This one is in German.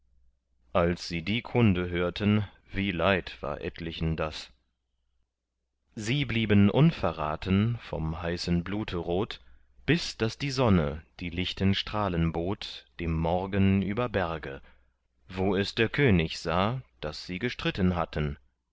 als sie die kunde hörten wie leid war etlichen das sie blieben unverraten vom heißen blute rot bis daß die sonne die lichten strahlen bot dem morgen über berge wo es der könig sah daß sie gestritten hatten